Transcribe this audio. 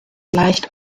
leicht